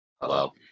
Hello